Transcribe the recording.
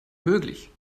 möglich